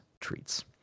treats